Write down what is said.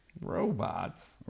robots